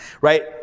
Right